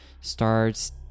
starts